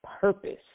purpose